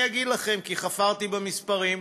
אני אגיד לכם, כי חפרתי במספרים.